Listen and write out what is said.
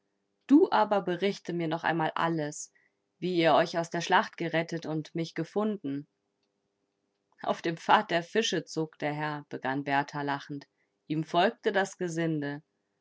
du aber berichte mir noch einmal alles wie ihr euch aus der schlacht gerettet und mich gefunden auf dem pfad der fische zog der herr begann berthar lachend ihm folgte das gesinde